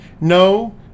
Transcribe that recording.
No